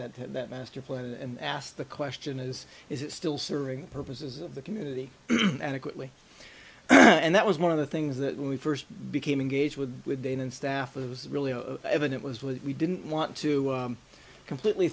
that master plan and asked the question is is it still serving purposes of the community adequately and that was one of the things that when we first became engaged with with dane and staff it was really evident was when we didn't want to completely